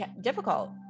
difficult